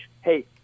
hey